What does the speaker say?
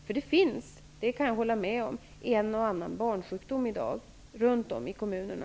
Jag kan hålla med om att det finns en och annan barnsjukdom i kommunerna.